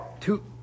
Two